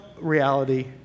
reality